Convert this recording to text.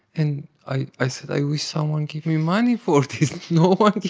and i i said, i wish someone give me money for this. no one give